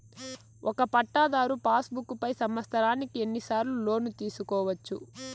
ఒక పట్టాధారు passbook పై సంవత్సరానికి ఎన్ని సార్లు లోను తీసుకోవచ్చు?